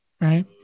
Right